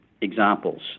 examples